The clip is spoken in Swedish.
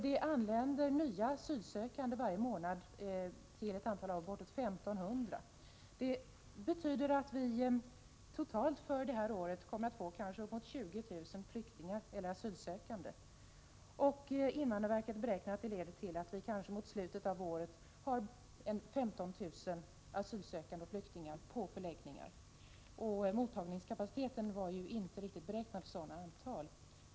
Det anländer nya asylsökande varje månad, till ett antal av bortåt 1 500. Det betyder att vi totalt för innevarande år kommer att få kanske 20 000 flyktingar eller asylsökande. Invandrarverket beräknar att detta leder till att vi mot slutet av året kanske har 15 000 asylsökande och flyktingar på förläggningar. Men mottagningskapaciteten var ju inte riktigt beräknad för så många.